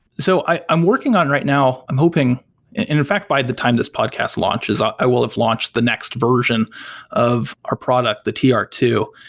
so i'm working on right now, i'm hoping in in fact, by the time this podcast launches, i will have launched the next version of our product, the t r two.